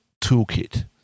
Toolkit